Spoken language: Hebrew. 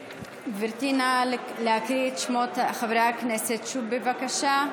גברתי, נא להקריא את שמות חברי הכנסת שוב, בבקשה.